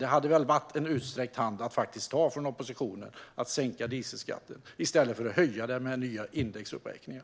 Det hade väl varit att ta oppositionens utsträckta hand i stället för att höja skatten med nya indexuppräkningar.